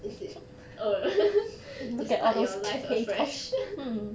is it err to start your life afresh